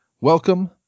Welcome